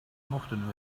mochten